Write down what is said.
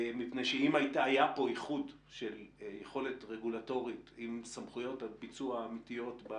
מפני שאם היה פה איחוד של יכולת רגולטורית עם סמכויות ביצוע אמיתיות,